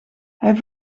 hij